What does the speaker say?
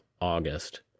August